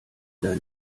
dein